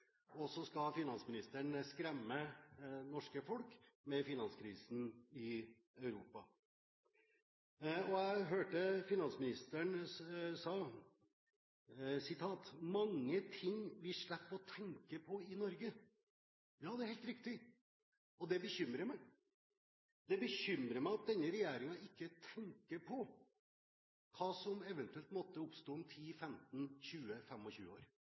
og så skal finansministeren skremme det norske folk med finanskrisen i Europa. Jeg hørte finansministeren sa at det er «mange ting vi slipper å tenke på i Norge». Ja, det er helt riktig, og det bekymrer meg. Det bekymrer meg at denne regjeringen ikke tenker på hva som eventuelt måtte oppstå om 10, 15, 20, 25 år.